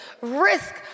risk